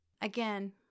again